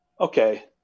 okay